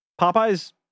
Popeye's